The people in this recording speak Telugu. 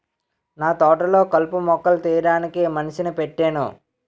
నాతోటలొ కలుపు మొక్కలు తీయడానికి మనిషిని పెట్టేను